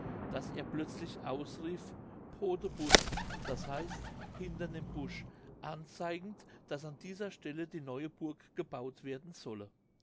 daß er plötzlich ausrief po de buß d h hinter dem busch anzeigend daß an dieser stelle die neue burg gebauet werden solle